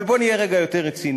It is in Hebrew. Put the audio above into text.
אבל בואו נהיה רגע יותר רציניים.